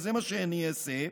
וזה מה שאני אעשה,